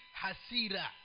hasira